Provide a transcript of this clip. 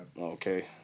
Okay